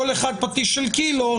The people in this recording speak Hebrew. כל אחד פטיש של קילו,